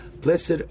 blessed